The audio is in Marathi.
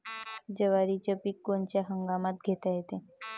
जवारीचं पीक कोनच्या हंगामात घेता येते?